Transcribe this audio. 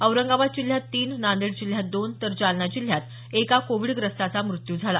औरंगाबाद जिल्ह्यात तीन नांदेड जिल्ह्यात दोन तर जालना जिल्ह्यात एका कोविडग्रस्ताचा मृत्यू झाला